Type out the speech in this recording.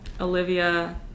Olivia